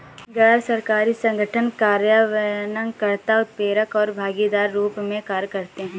गैर सरकारी संगठन कार्यान्वयन कर्ता, उत्प्रेरक और भागीदार के रूप में कार्य करते हैं